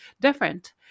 different